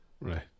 right